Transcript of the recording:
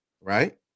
right